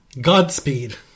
Godspeed